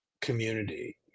community